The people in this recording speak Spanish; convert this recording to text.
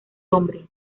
hombre